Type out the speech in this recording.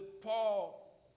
Paul